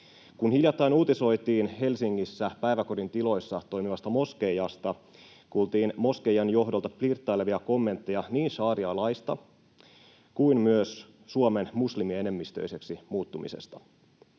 Kun hiljattain uutisoitiin Helsingissä päiväkodin tiloissa toimivasta moskeijasta, kuultiin moskeijan johdolta flirttailevia kommentteja niin šarialaista kuin myös Suomen muslimienemmistöiseksi muuttumisesta.